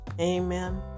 Amen